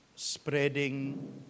spreading